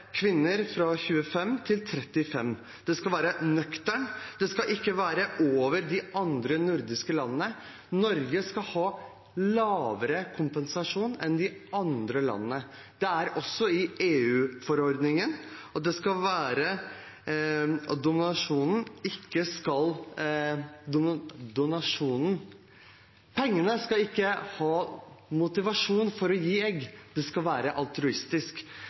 kvinner fra 25 år til 35 år. Det skal være nøkternt. Det skal ikke være over de andre nordiske landene. Norge skal ha lavere kompensasjon enn de andre landene. Det står også i EU-forordningen at pengene ikke skal være en motivasjon for å gi egg – det skal være altruistisk.